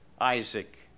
Isaac